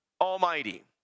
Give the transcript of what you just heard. Almighty